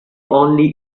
only